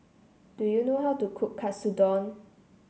do you know how to cook Katsudon